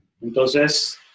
Entonces